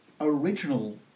original